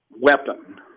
weapon